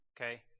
okay